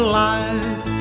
life